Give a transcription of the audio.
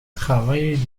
travailler